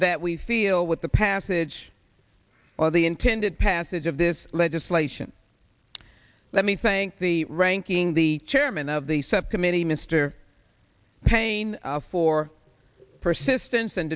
that we feel with the passage of the intended passage of this legislation let me thank the ranking the chairman of the subcommittee mr paine for persistence and